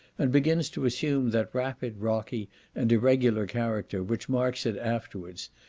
and begins to assume that rapid, rocky and irregular character which marks it afterwards,